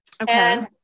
Okay